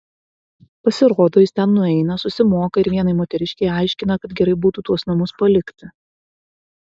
pasirodo jis ten nueina susimoka ir vienai moteriškei aiškina kad gerai būtų tuos namus palikti